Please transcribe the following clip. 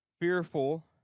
Fearful